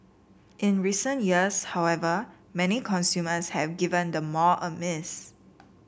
in recent years however many consumers have given the mall a miss